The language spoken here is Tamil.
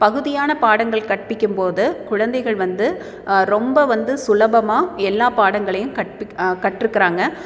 பகுதியான பாடங்கள் கற்பிக்கும்போது குழந்தைகள் வந்து ரொம்ப வந்து சுலபமாக எல்லாம் பாடங்களையும் கற்பிக் கற்றுக்கிறாங்க